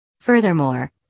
Furthermore